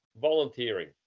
Volunteering